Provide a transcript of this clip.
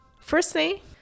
Firstly